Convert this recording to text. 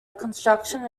construction